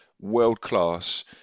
world-class